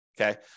okay